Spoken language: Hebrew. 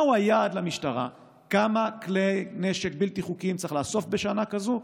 מהו היעד למשטרה: כמה כלי נשק בלתי חוקיים צריך לאסוף בשנה כזאת?